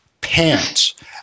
pants